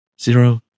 zero